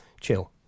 chill